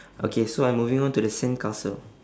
okay so I'm moving on to the sandcastle